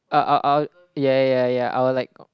ah ah ah ya ya ya ya I would like